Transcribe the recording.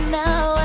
now